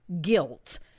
guilt